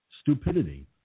stupidity